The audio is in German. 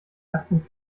nacktem